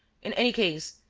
in any case,